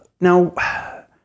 Now